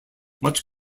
much